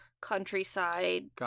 countryside